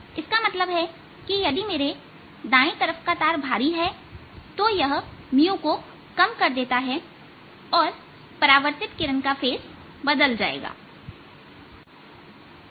इसका मतलब है कि यदि मेरे दाएं तरफ का तार भारी है तो यह 𝝁 को कम कर देता है और परावर्तित किरण का फेज बदल जाएगा